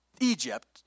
Egypt